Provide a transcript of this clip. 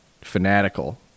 fanatical